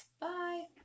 Bye